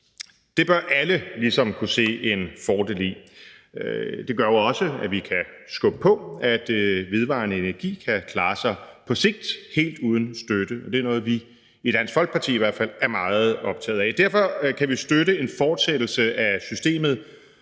Det bør alle ligesom kunne se en fordel i. Det gør jo også, at vi kan skubbe på for, at vedvarende energi på sigt kan klare sig helt uden støtte, og det er noget, vi i Dansk Folkeparti i hvert fald er meget optaget af. Derfor kan vi støtte en fortsættelse af systemet